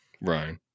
Right